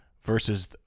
versus